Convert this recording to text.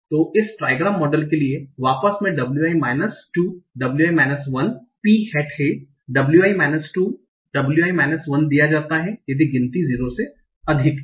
तो इस trigram model के लिए वापस मैं wi minus 2wi minus 1 P hat है wi माइनस 2 wi माइनस 1 दिया जाता है यदि गिनती 0 से अधिक है